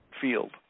field